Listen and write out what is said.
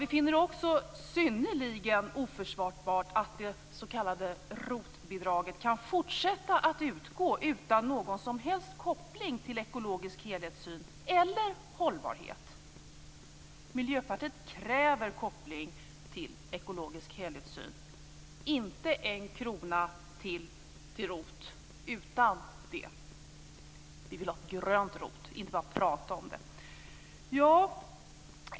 Vi finner det också synnerligen oförsvarbart att det s.k. ROT-bidraget kan fortsätta att utgå utan någon som helst koppling till ekologisk helhetssyn eller hållbarhet. Miljöpartiet kräver en koppling till en ekologisk helhetssyn - inte en krona till åt ROT utan en sådan! Vi vill ha ett grönt ROT och inte bara prat om det.